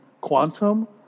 Quantum